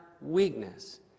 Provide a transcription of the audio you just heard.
weakness